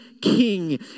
king